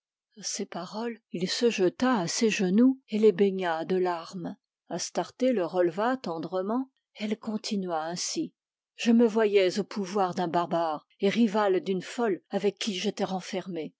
a ces paroles il se jeta à ses genoux et les baigna de larmes astarté le releva tendrement et elle continua ainsi je me voyais au pouvoir d'un barbare et rivale d'une folle avec qui j'étais